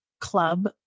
club